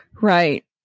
Right